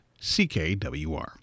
CKWR